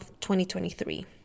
2023